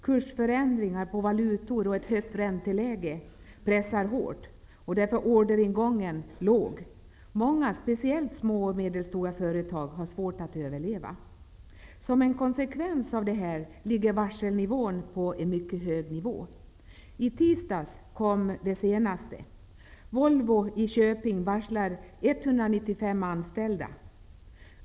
Kursförändringar på valutor och ett högt ränteläge pressar hårt, och orderingången är därför låg. Många, speciellt små och medelstora företag, har svårt att överleva. Som en konsekvens av detta ligger antalet varsel på en mycket hög nivå. I tisdags kom det senaste varslet. Volvo i Köping varslar 195 anställda.